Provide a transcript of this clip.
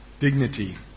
dignity